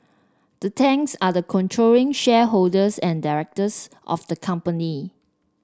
the Tangs are the controlling shareholders and directors of the company